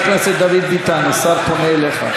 חבר הכנסת דוד ביטן, השר פונה אליך.